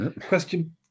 Question